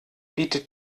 bietet